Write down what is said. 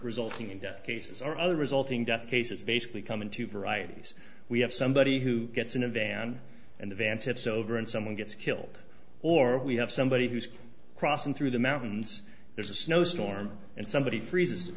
resulting in death cases are other resulting death cases basically come into varieties we have somebody who gets in a van and a vantage sober and someone gets killed or we have somebody who's crossing through the mountains there's a snowstorm and somebody freezes